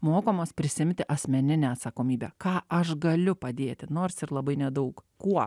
mokomas prisiimti asmeninę atsakomybę ką aš galiu padėti nors ir labai nedaug kuo